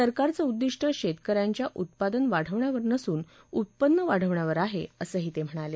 सरकारचं उद्दीष्ट शेतक यांच्या उत्पादन वाढवण्यावर नसून उत्पन्न वाढवण्यावर आहे असं ही ते म्हणाले